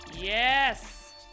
Yes